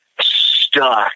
stuck